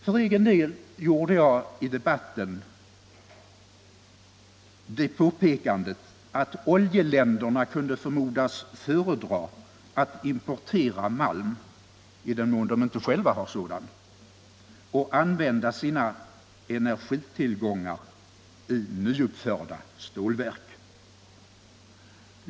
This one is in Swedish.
För egen del gjorde jag i debatten det påpekandet att oljeländerna kunde förmodas föredra att importera malm — i den mån de inte själva har sådan — och använda sina energitillgångar i egna nyuppförda stålverk.